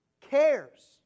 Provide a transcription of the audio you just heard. cares